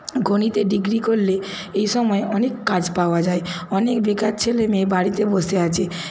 গণিতে ডিগ্রি করলে এই সময় অনেক কাজ পাওয়া যায় অনেক বেকার ছেলে মেয়ে বাড়িতে বসে আছে